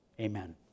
Amen